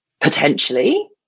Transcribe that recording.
potentially